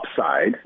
upside